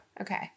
Okay